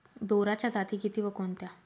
बोराच्या जाती किती व कोणत्या?